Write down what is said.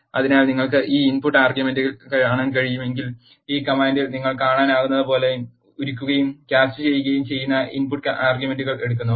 അതിനാൽ നിങ്ങൾക്ക് ഈ ഇൻപുട്ട് ആർഗ്യുമെന്റുകൾ കാണാൻ കഴിയുമെങ്കിൽ ഈ കമാൻഡിൽ നിങ്ങൾക്ക് കാണാനാകുന്നതുപോലെ ഉരുകുകയും കാസ്റ്റുചെയ്യുകയും ചെയ്യുന്ന ഇൻപുട്ട് ആർഗ്യുമെന്റുകൾ എടുക്കുന്നു